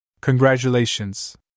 Congratulations